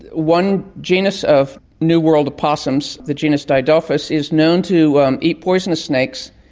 one genus of new world possums, the genus didelphis, is known to eat poisonous snakes,